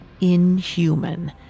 inhuman